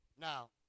Now